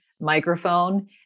microphone